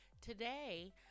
Today